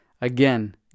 again